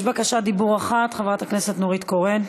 יש בקשת דיבור אחת, חברת הכנסת נורית קורן.